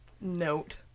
note